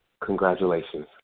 Congratulations